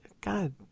God